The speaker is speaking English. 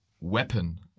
weapon